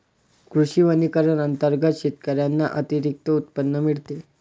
कृषी वनीकरण अंतर्गत शेतकऱ्यांना अतिरिक्त उत्पन्न मिळते